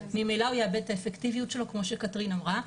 ממילא הוא יאבד את האפקטיביות שלו כמו שקתרין אמרה.